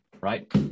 right